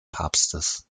papstes